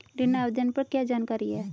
ऋण आवेदन पर क्या जानकारी है?